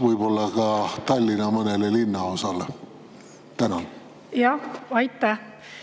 võib-olla ka Tallinna mõnele linnaosale? Austatav